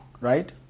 right